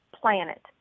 planet